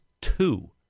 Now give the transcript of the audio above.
two